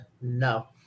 No